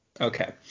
Okay